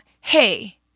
hey